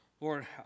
Lord